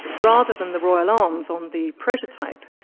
rather than the royal arms on the prototype,